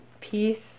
Peace